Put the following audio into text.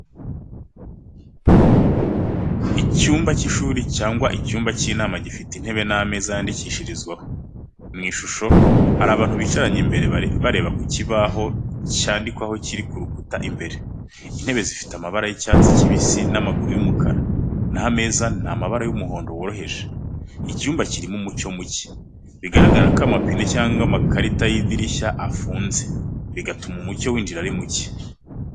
Icyumba cy’ishuri cyangwa icyumba cy’inama gifite intebe n’ameza yandikishirizwaho. Mu ishusho, hari abantu bicaranye imbere bareba ku kibaho cyandikwaho kiri ku rukuta imbere. Intebe zifite amabara y’icyatsi kibisi n’amaguru y’umukara, na ho ameza ni amabara y’umuhondo woroheje. Icyumba kirimo umucyo muke, bigaragara ko amapine cyangwa amakarita y’idirishya afunze, bigatuma umucyo winjira ari muke.